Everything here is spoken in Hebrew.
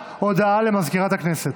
הודעה למזכירת הכנסת.